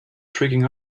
tricking